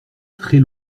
très